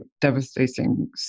devastating